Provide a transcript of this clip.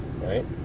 right